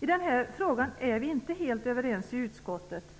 I den här frågan är vi inte helt överens i utskottet.